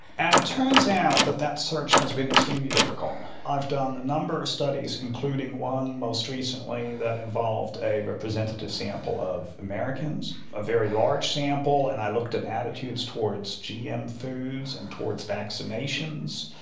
and it turns out that that search has been extremely difficult. i've done a number of studies, including one most recently that involved a representative sample of americans, a very large sample, and i looked at attitudes towards gm foods and towards vaccinations.